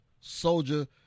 Soldier